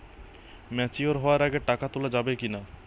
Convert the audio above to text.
Mature হওয়ার আগে টাকা তোলা যাবে কিনা?